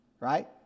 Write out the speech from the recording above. right